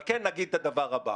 אבל כן נגיד את הדבר הבא: